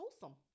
wholesome